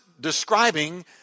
describing